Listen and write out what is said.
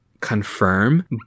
confirm